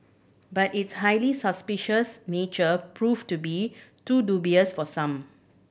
but its highly suspicious nature proved to be too dubious for some